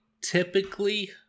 typically